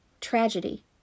tragedy